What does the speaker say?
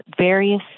various